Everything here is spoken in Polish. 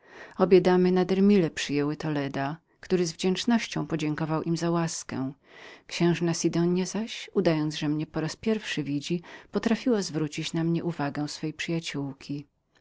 obie damy nader mile przyjęły toleda który z wdzięcznością podziękował za ich łaskę księżna sidonia zaś udając że mnie po raz pierwszy widzi potrafiła zwrócić na mnie uwagę swej przyjaciołki